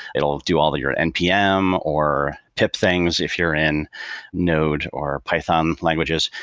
it will do all of your npm, or tip things if you're in node or python languages.